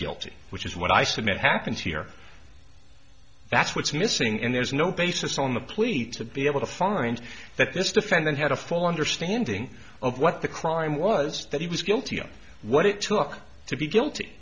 guilty which is what i submit happens here that's what's missing in there's no basis on the police to be able to find that this defendant had a full understanding of what the crime was that he was guilty of what it took to be guilty